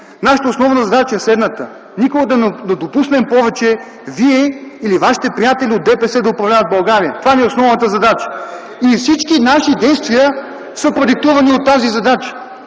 Нашата основна задача е следната: никога да не допуснем повече вие или вашите приятели от ДПС да управляват България. Това ни е основната задача. Всички наши действия са продиктувани от тази задача.